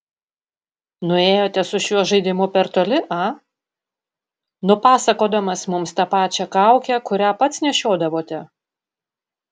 nuėjote su šiuo žaidimu per toli a nupasakodamas mums tą pačią kaukę kurią pats nešiodavote